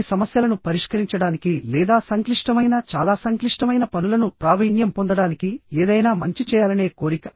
ఇది సమస్యలను పరిష్కరించడానికి లేదా సంక్లిష్టమైన చాలా సంక్లిష్టమైన పనులను ప్రావీణ్యం పొందడానికి ఏదైనా మంచి చేయాలనే కోరిక